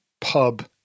pub